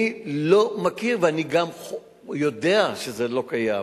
אני לא מכיר ואני גם יודע שזה לא קיים.